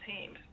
teams